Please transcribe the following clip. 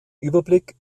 überblick